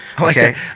Okay